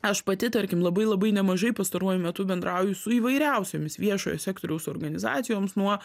aš pati tarkim labai labai nemažai pastaruoju metu bendrauju su įvairiausiomis viešojo sektoriaus organizacijoms nuo